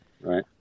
Right